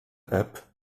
app